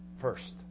first